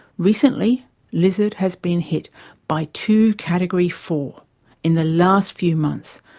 recently lizard has been hit by two category four in the last few months,